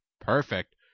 Perfect